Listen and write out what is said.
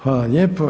Hvala lijepo.